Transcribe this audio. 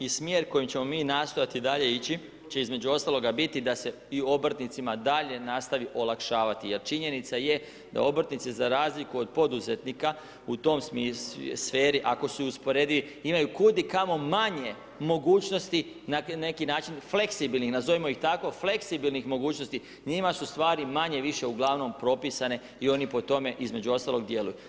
I smjer koji ćemo mi nastojati dalje ići će između ostaloga biti da se i obrtnicima dalje nastavi olakšavati jer činjenica je da obrtnici za razliku od poduzetnika u toj sferi ako se i usporedi, imaju kudikamo manje mogućnosti na neki način fleksibilnih, nazovimo ih tako, fleksibilnih mogućnosti, njima su stvari manje-više uglavnom propisane i oni po tome između ostalog djeluju.